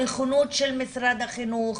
הנכונות של משרד החינוך.